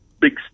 Big